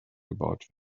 gebaut